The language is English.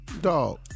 Dog